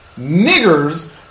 niggers